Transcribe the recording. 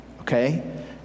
okay